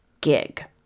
gig